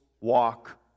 walk